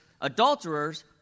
adulterers